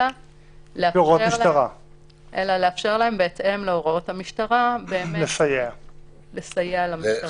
אלא לאפשר להם לסייע למשטרה.